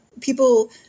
people –